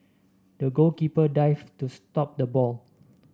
the goalkeeper dived to stop the ball